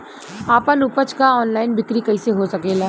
आपन उपज क ऑनलाइन बिक्री कइसे हो सकेला?